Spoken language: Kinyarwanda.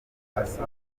asa